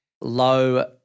low